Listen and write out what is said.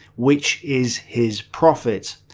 which is his profit.